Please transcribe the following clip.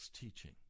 teaching